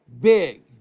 big